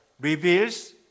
reveals